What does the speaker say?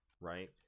right